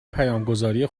پیامگذاری